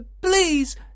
please